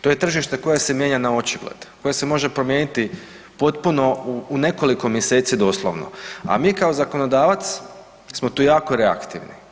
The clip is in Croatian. To je tržište koje se mijenja na očigled, koje se može promijeniti potpuno u nekoliko mjeseci doslovno, a mi kao zakonodavac smo tu jako reaktivni.